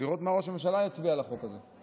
לראות מה ראש הממשלה יצביע על החוק הזה.